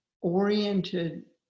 oriented